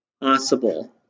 possible